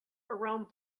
around